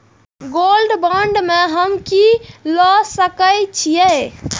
Gold bond में हम की ल सकै छियै?